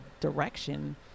direction